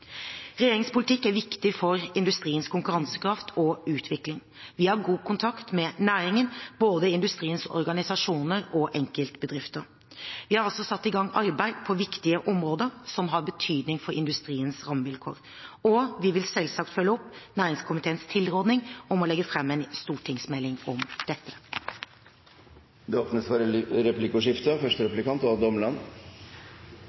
Regjeringens politikk er viktig for industriens konkurransekraft og utvikling. Vi har god kontakt med næringen, både industriens organisasjoner og enkeltbedrifter. Vi har altså satt i gang arbeid på viktige områder som har betydning for industriens rammevilkår, og vi vil selvsagt følge opp næringskomiteens tilråding om å legge fram en stortingsmelding om dette. Det åpnes for replikkordskifte.